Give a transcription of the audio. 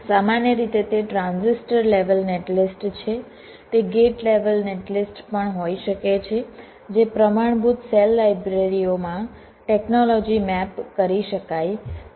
સામાન્ય રીતે તે ટ્રાન્ઝિટર લેવલ નેટલિસ્ટ છે તે ગેટ લેવલ નેટલિસ્ટ પણ હોઈ શકે છે જે પ્રમાણભૂત સેલ લાઇબ્રેરીઓ માં ટેકનોલોજી મેપ કરી શકાય છે